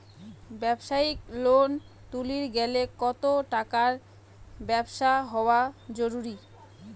ব্যবসায়িক লোন তুলির গেলে কতো টাকার ব্যবসা হওয়া জরুরি?